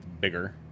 bigger